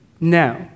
No